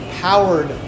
powered